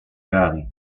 gare